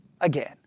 again